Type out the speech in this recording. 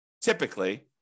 typically